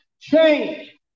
change